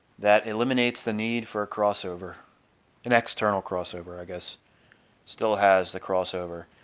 that eliminates the need for a crossover an external crossover, i guess still has the crossover,